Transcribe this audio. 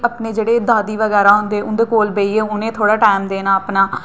अपने जेह्ड़े दादी बगैरा होंदे उं'दे कोल बेहियै उ'नेंगी थोह्ड़ा टैम देना अपना